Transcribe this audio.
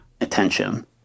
attention